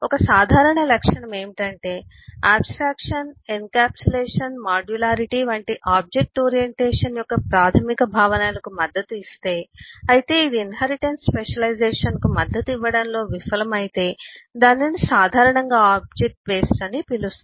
ఒక సాధారణ లక్షణం ఏమిటంటే ఆబ్స్ ట్రాక్షన్ ఎన్క్యాప్సులేషన్ మాడ్యులారిటీ వంటి ఆబ్జెక్ట్ ఓరియంటేషన్ యొక్క ప్రాథమిక భావనలకు మద్దతు ఇస్తే అయితే ఇది ఇన్హెరిటెన్స్ స్పెషలైజేషన్కు మద్దతు ఇవ్వడంలో విఫలమైతే దానిని సాధారణంగా ఆబ్జెక్ట్ బేస్డ్ అని పిలుస్తారు